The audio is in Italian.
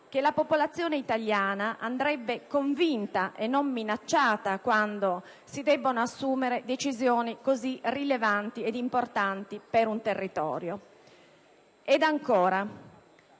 che la popolazione italiana andrebbe convinta e non minacciata quando si devono assumere decisioni così importanti per un territorio. Quindi,